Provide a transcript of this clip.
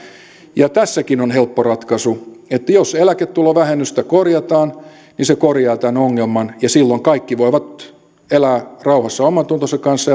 ja tässäkin on helppo ratkaisu että jos eläketulovähennystä korjataan se korjaa tämän ongelman ja silloin kaikki voivat elää rauhassa omantuntonsa kanssa